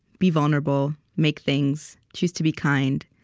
be vulnerable. make things. choose to be kind.